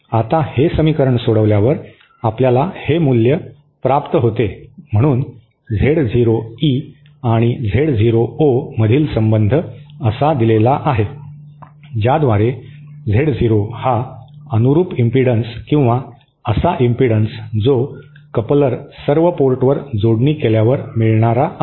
आता हे समीकरण सोडवल्यावर आपल्याला हे मूल्य प्राप्त होते म्हणून Z0 E आणि Z0 O मधील संबंध असा दिलेला आहे ज्याद्वारे झेड 0 हा अनुरूप इम्पिडन्स किंवा असा इम्पिडन्स जो कपलर सर्व पोर्टवर जोडणी केल्यावर मिळणारा आहे